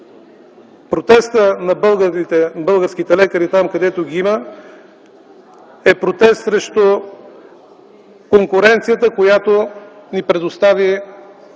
Протестът на българските лекари – там, където го има, е протест срещу конкуренцията, която ни предоставя